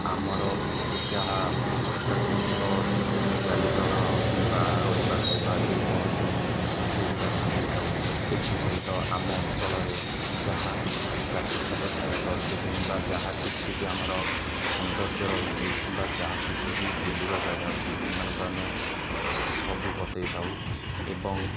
ଆମର ଯାହା ପ୍ରାକୃତିକ ଚାଲିଚଳନ କିମ୍ବା ରହିବା ଖାଇବା ଯେକୌଣସି ସେଗୁଡ଼ା ଶିଖାଇ ଥାଉ ଏଥିସହିତ ଆମ ଅଞ୍ଚଳରେ ଯାହା କିଛି ବି ପ୍ରାକୃତିକ ଜିନିଷ ଅଛି କିମ୍ବା ଯାହା କିଛି ବି ଆମର ସୌନ୍ଦର୍ଯ୍ୟ ରହିଛି କିମ୍ବା ଯାହା କିଛି ବି ବୁଲିବା ଜାଗା ଅଛି ସେମାନଙ୍କୁ ଆମେ ସବୁ ବତାଇ ଥାଉ ଏବଂ